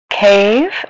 Cave